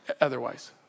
otherwise